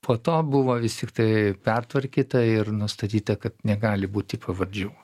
po to buvo vis tiktai pertvarkyta ir nustatyta kad negali būti pavardžių